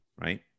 right